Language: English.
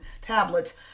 tablets